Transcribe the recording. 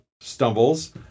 stumbles